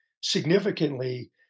significantly